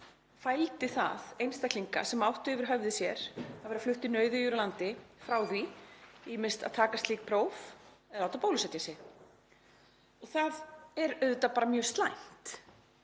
fældi það einstaklinga sem áttu yfir höfði sér að vera fluttir nauðugir úr landi frá því að ýmist taka slík próf eða láta bólusetja sig. Það er auðvitað mjög slæmt.